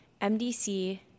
MDC